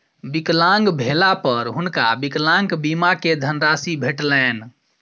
विकलांग भेला पर हुनका विकलांग बीमा के धनराशि भेटलैन